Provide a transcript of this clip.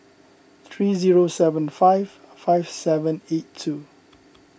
three zero seven five five seven eight two